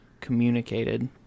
communicated